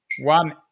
one